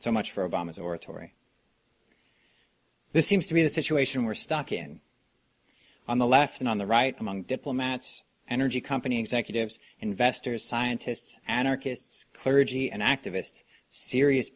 so much for obama's oratory this seems to be the situation we're stuck in on the left and on the right among diplomats energy company executives investors scientists and artists clergy and activists serious